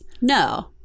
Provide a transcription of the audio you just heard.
No